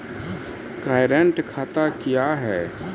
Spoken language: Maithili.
करेंट खाता क्या हैं?